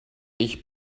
ich